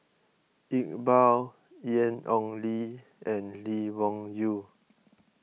Iqbal Ian Ong Li and Lee Wung Yew